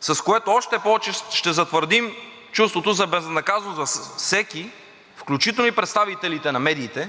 с което още повече ще затвърдим чувството за безнаказаност във всеки, включително и в представителите на медиите,